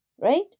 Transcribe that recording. right